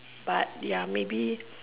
but ya maybe